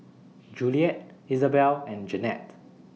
Juliet Isabelle and Jeannette